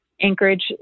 Anchorage